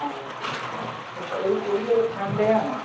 ആ okay okay എത്ര one day ആണോ